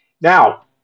Now